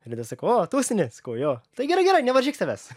ridas sako o tūsinies sakau jo tai gerai gerai nevaržyk savęs